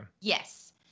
Yes